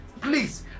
please